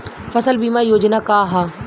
फसल बीमा योजना का ह?